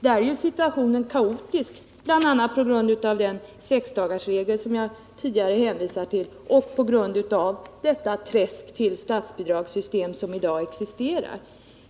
Där är ju situationen kaotisk, bl.a. på grund av den sexdagarsregel som jag tidigare hänvisat till och detta träsk till statsbidragssystem som i dag existerar.